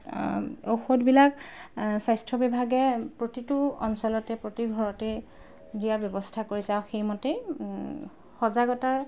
ঔষধবিলাক স্বাস্থ্য বিভাগে প্ৰতিটো অঞ্চলতে প্ৰতি ঘৰতে দিয়াৰ ব্যৱস্থা কৰিছে আৰু সেইমতেই সজাগতাৰ